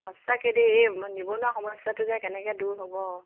সঁচাকৈ দেই এই নিবনুৱা সমস্যাটো যে কেনেকৈ দূৰ হ'ব